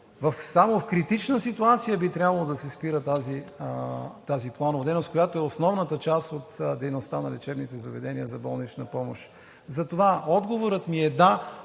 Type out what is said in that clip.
само в критична ситуация да се спира тази планова дейност, която е основната част от дейността на лечебните заведения за болнична помощ. Затова отговорът ми е: да,